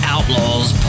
Outlaws